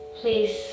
Please